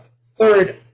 Third